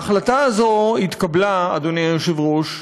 ההחלטה הזאת התקבלה, אדוני היושב-ראש,